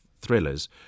thrillers